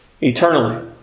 eternally